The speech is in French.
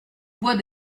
bois